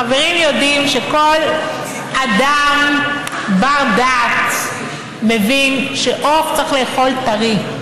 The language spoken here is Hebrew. החברים יודעים שכל אדם בר-דעת מבין שעוף צריך לאכול טרי,